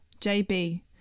JB